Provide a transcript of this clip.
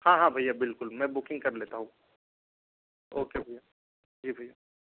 हाँ हाँ भैया बिल्कुल मैं बुकिंग कर लेता हूँ ओके भैया जी भैया